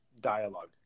dialogue